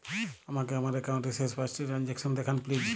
আমাকে আমার একাউন্টের শেষ পাঁচটি ট্রানজ্যাকসন দেখান প্লিজ